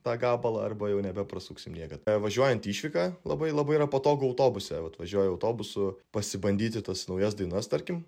tą gabalą arba jau nebeprasuksim niekad važiuojant į išvyką labai labai patogu yra autobuse vat važiuoji autobusu pasibandyti tas naujas dainas tarkim